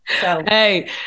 Hey